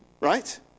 Right